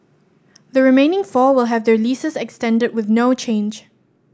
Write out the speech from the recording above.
the remaining four will have their leases extended with no change